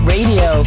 Radio